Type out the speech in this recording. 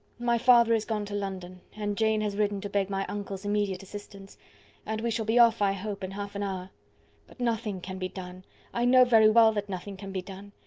my father is gone to london, and jane has written to beg my uncle's immediate assistance and we shall be off, i hope, in half-an-hour. but nothing can be done i know very well that nothing can be done.